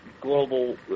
global